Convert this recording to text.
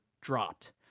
dropped